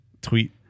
tweet